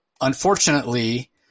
unfortunately